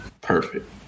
perfect